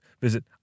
Visit